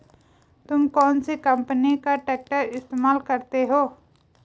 तुम कौनसी कंपनी का ट्रैक्टर इस्तेमाल करते हो?